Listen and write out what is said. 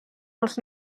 els